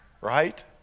right